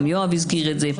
גם יואב הזכיר את זה.